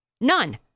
None